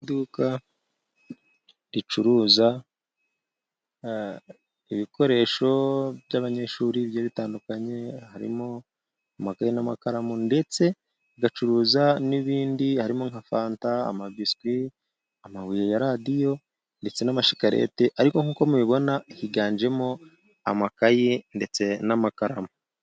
Iduka ricuruza ibikoresho by'abanyeshuri bigiye bitandukanye, harimo amakaye n'amakaramu, ndetse rigacuruza n'ibindi harimo nka fanta, amabiswi, amabuye ya radiyo, ndetse n'amashikareta, ariko nk'uko mubibibona higanjemo amakayi ndetse n'amakaramu.